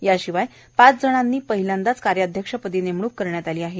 याशिवाय पाच जणांची पहिल्यांदाच कार्याध्यक्षपदी नेमणूक करण्यात आली आहे